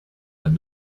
but